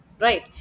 Right